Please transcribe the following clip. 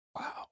Wow